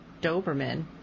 Doberman